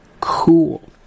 cool